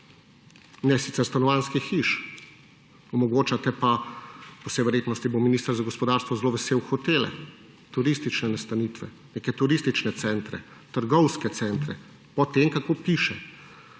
ne sicer stanovanjskih hiš, omogočate pa, po vsej verjetnosti bo minister za gospodarstvo zelo vesel, hotele, turistične nastanitve, neke turistične centre, trgovske centre, po tem kako piše,